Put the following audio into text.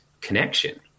connection